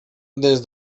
des